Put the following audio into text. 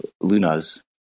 Lunas